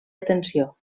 atenció